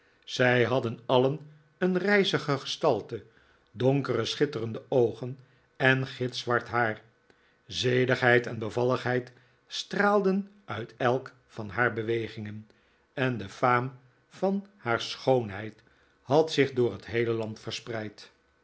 zij hadden alien een rijzige gestalte donkere schitterende oogen en gitzwart haar zedigheid en bevalligheid straalden uit elk van haar bewegingen en de faam van haar schoonheid had zich door het heele land verspreid